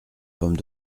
pommes